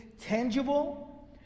tangible